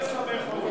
אל תסבך אותי.